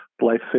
life